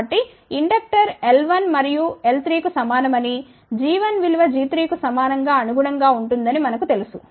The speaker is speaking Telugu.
కాబట్టిఇండక్టర్ L1 విలువ L3 కు సమానమని g1విలువ g3కు సమానంగా అనుగుణంగా ఉంటుందని మనకు తెలుసు